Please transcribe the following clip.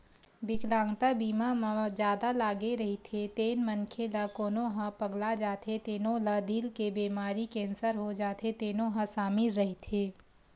बिकलांगता बीमा म जादा लागे रहिथे तेन मनखे ला कोनो ह पगला जाथे तेनो ला दिल के बेमारी, केंसर हो जाथे तेनो ह सामिल रहिथे